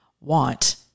want